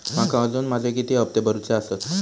माका अजून माझे किती हप्ते भरूचे आसत?